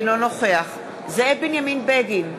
אינו נוכח זאב בנימין בגין,